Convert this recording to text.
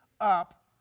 up